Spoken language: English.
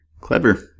Clever